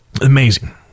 Amazing